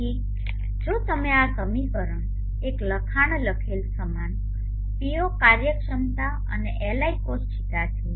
તેથી જો તમે આ સમીકરણ એક લખાણ લખેલ સમાન P0 કાર્યક્ષમતા અને Li cos θ છે